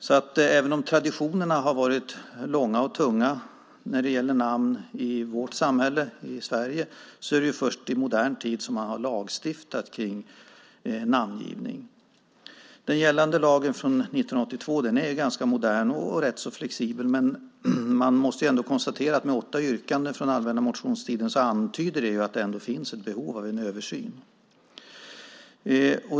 Trots att traditionerna i fråga om namn varit långa och tunga i vårt samhälle, i Sverige, är det först i modern tid som man lagstiftat om namngivning. Den gällande lagen från 1982 är ganska modern och flexibel, men man måste ändå konstatera att åtta yrkanden från allmänna motionstiden antyder att det finns behov av en översyn.